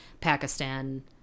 Pakistan